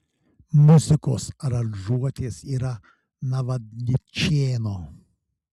muzikos aranžuotės yra navadničėno